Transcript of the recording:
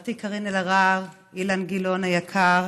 חברתי קארין אלהרר, אילן גילאון היקר